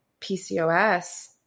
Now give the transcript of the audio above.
PCOS